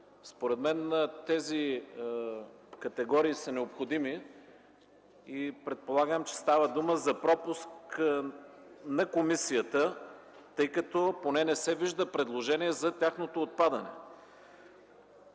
Според мен тези категории са необходими и предполагам, че става дума за пропуск на комисията, тъй като поне не се вижда предложение за тяхното отпадане.